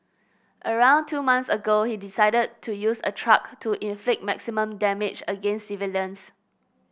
around two months ago he decided to use a truck to inflict maximum damage against civilians